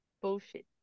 Bullshit